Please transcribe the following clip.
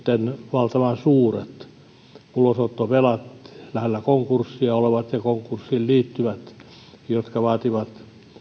valtavan suuret ulosottovelat lähellä konkurssia olevat ja konkurssiin liittyvät jotka vaativat